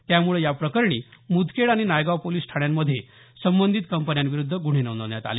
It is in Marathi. त्यामुळे याप्रकरणी मुदखेड आणि नायगाव पोलिस ठाण्यांमध्ये संबंधित कंपन्यांविरूद्ध गुन्हे नोंदवण्यात आले